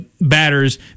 batters